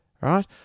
Right